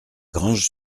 granges